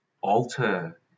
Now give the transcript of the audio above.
alter